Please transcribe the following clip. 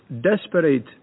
desperate